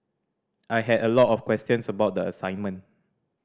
I had a lot of questions about the assignment